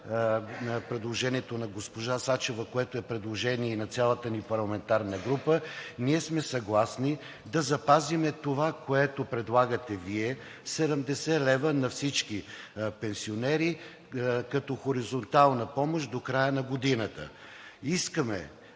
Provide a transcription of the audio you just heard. предложението на госпожа Сачева, което е предложение и на цялата ни парламентарна група, ние сме съгласни да запазим това, което предлагате Вие – 70 лв. на всички пенсионери като хоризонтална помощ до края на годината. Искаме